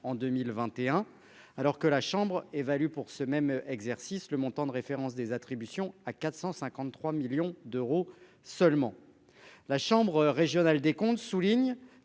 2021 alors que la chambre évalue pour ce même exercice le montant de référence des attributions à 453 millions d'euros seulement. La chambre régionale des comptes souligne